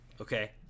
okay